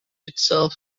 itself